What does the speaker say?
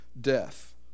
death